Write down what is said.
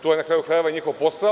To je, na kraju krajeva, njihov posao.